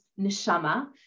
neshama